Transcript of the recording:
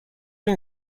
این